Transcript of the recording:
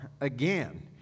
again